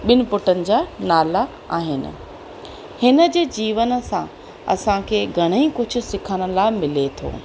ॿिनि पुटनि जा नाला आहिनि हिन जे जीवन सां असांखे घणेई कुझु सिखण लाइ मिले थो